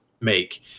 make